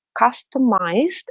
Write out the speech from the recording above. customized